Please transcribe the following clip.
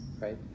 right